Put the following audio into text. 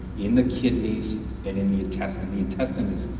in the kidneys, and in the intestines, the intestines,